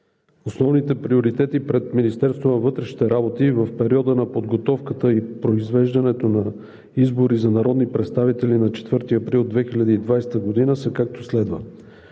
основните приоритети пред Министерството на вътрешните работи в периода на подготовката и произвеждането на избори за народни представители на 4 април 2021 г., са както следва.